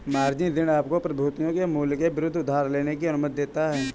margin ऋण आपको प्रतिभूतियों के मूल्य के विरुद्ध उधार लेने की अनुमति देता है